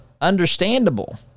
understandable